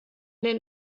den